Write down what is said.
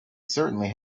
certainly